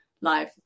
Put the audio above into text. live